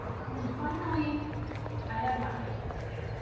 then finally i have my paint brush,